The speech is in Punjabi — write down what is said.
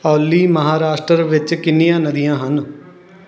ਓਲੀ ਮਹਾਰਾਸ਼ਟਰ ਵਿੱਚ ਕਿੰਨੀਆਂ ਨਦੀਆਂ ਹਨ